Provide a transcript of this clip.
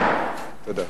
תודה.